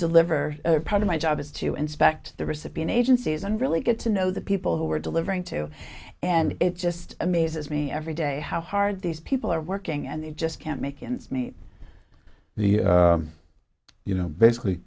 deliver part of my job is to inspect the recipient agencies and really get to know the people who are delivering to and it just amazes me every day how hard these people are working and they just can't make ends meet the you know basically